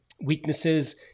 weaknesses